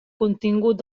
contingut